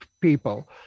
people